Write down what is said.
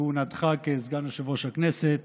ראש הממשלה